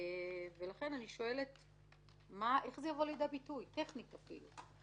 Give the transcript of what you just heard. איך זה יבוא לידי ביטוי טכנית אפילו?